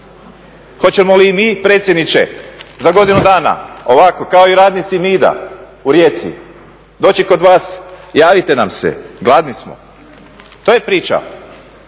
Hoćemo li i mi predsjedniče za godinu dana ovako kao i radnici MID-a u Rijeci doći kod vas, javite nam se, gladni smo. To je priča,